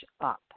up